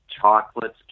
chocolates